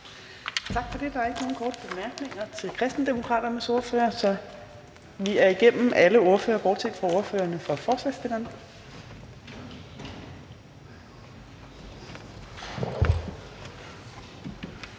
Tak for det. Der er ikke nogen korte bemærkninger til Kristendemokraternes ordfører, og så er vi igennem alle ordførere, bortset fra ordføreren for forslagsstillerne.